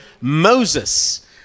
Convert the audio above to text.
Moses